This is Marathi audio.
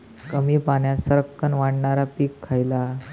कमी पाण्यात सरक्कन वाढणारा पीक खयला?